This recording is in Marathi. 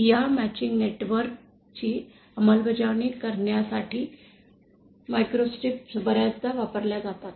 या मॅचिंग नेटवर्क ची अंमलबजावणी करण्यासाठी मायक्रोस्ट्रिप्स बर्याचदा वापरल्या जातात